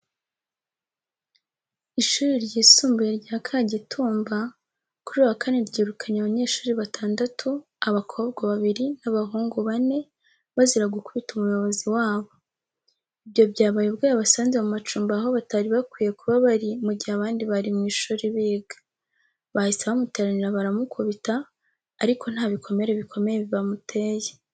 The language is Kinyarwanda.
Ishuri ryisumbuye rya Kagitumba, kuri uyu wa Kane ryirukanye abanyeshuri batandatu, abakobwa babiri n’abahungu bane, bazira gukubita umuyobozi wabo. Ibyo byabaye ubwo yabasanze mu macumbi aho batari bakwiye kuba bari mu gihe abandi bari mu ishuri biga. Bahise bamuteranira baramukubita, ariko nta bikomere bikomeye bamuteye.